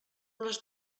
les